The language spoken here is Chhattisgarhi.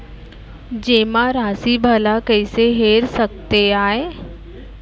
जेमा राशि भला कइसे हेर सकते आय?